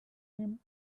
him